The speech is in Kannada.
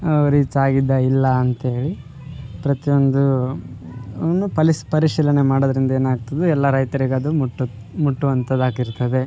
ಅವರು ರೀಚಾಗಿದ್ದ ಇಲ್ಲಾಂತ ಹೇಳಿ ಪ್ರತಿಯೊಂದು ಇನ್ನು ಫಲಿಸ್ ಪರಿಶೀಲನೆ ಮಾಡೋದ್ರಿಂದ ಏನಾಗ್ತದೆ ಎಲ್ಲ ರೈತರಿಗೆ ಅದು ಮುಟ್ಟುತ್ತ ಮುಟ್ಟುವಂಥದಾಗಿರ್ತದೆ